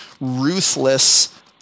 ruthless